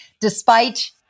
Despite-